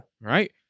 Right